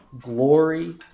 glory